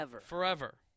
Forever